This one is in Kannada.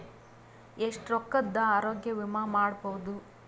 ಎಷ್ಟ ರೊಕ್ಕದ ಆರೋಗ್ಯ ವಿಮಾ ಮಾಡಬಹುದು?